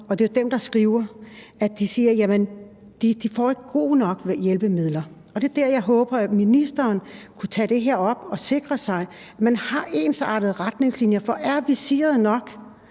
det er dem, der skriver og siger, at de ikke får gode nok hjælpemidler. Det er der, jeg håber at ministeren kunne tage det her op og sikre sig, at man har ensartede retningslinjer. For er visiret nok,